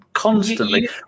Constantly